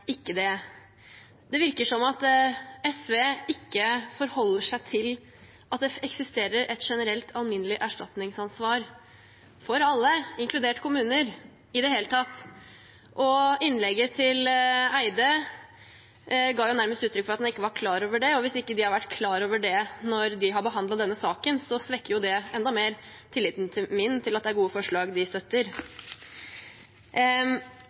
ikke? Det virker som om SV ikke i det hele tatt forholder seg til at det eksisterer et generelt alminnelig erstatningsansvar for alle, inkludert kommuner. I innlegget til representanten Eide ga han nærmest uttrykk for at de ikke var klar over det, og hvis de ikke har vært klar over det da de behandlet denne saken, svekker det enda mer tilliten min til at det er gode forslag de støtter.